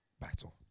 battle